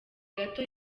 gato